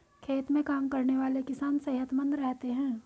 खेत में काम करने वाले किसान सेहतमंद रहते हैं